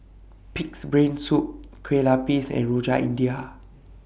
Pig'S Brain Soup Kueh Lupis and Rojak India